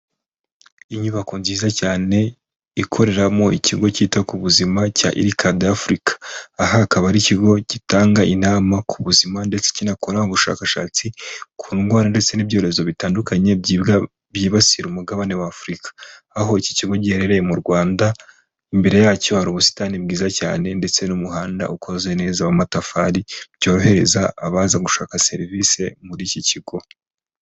Inyubako nziza cyane ikoreramo ikigo cyita ku buzima cya irikadi afurika, aha akaba ari ikigo gitanga inama ku buzima ndetse kinakora ubushakashatsi ku ndwara ndetse n'ibyorezo bitandukanye byibasira umugabane wa afurika. Aho iki kigo giherereye mu Rwanda imbere yacyo hari ubusitani bwiza cyane ndetse n'umuhanda ukoze neza w'amatafari byohereza abaza gushaka serivisi muri iki kigo.